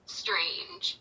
strange